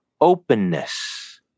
openness